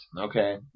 Okay